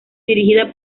dirigida